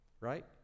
right